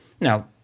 Now